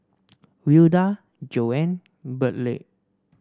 Wilda Joan Burleigh